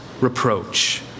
reproach